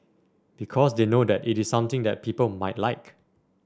because they know that it is something that people might like